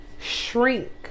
shrink